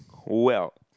well